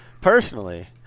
Personally